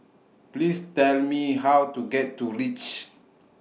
Please Tell Me How to get to REACH